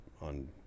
on